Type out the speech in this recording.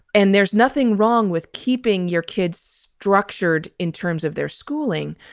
and there's nothing wrong with keeping your kids structured in terms of their schooling.